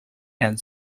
and